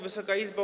Wysoka Izbo!